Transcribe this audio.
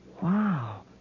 Wow